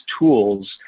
tools